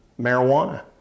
marijuana